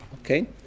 Okay